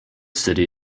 city